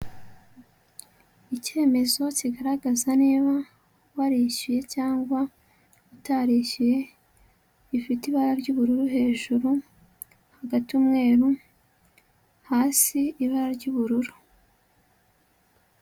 Icyemezo kigaragaza niba warishyuye cyangwa utarishyuye, gifite ibara ry'ubururu hejuru, hagati umweru, hasi ibara ry'ubururu.